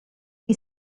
she